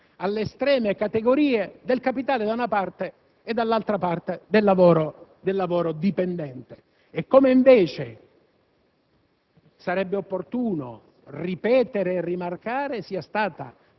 del ventunesimo secolo immaginare di regredire alle estreme categorie del capitale da una parte e, dall'altra, del lavoro dipendente. Sarebbe, invece,